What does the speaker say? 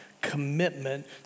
commitment